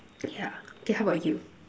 yeah okay how about you